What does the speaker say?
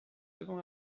devant